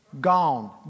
Gone